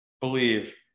believe